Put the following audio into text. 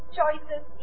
choices